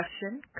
question